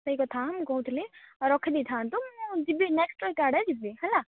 ସେଇ କଥା ମୁଁ କହୁଥିଲି ରଖି ଦେଇଥାଆନ୍ତୁ ମୁଁ ଯିବି ନେକ୍ସ୍ଟ ୱିକ୍ ଆଡ଼େ ଯିବି ହେଲା